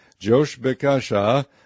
Joshbekasha